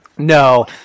No